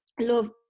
love